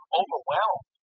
overwhelmed